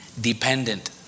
dependent